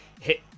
hit